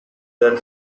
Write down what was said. their